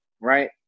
right